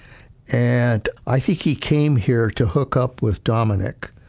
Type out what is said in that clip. and i think he came here to hook up with dominic.